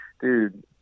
dude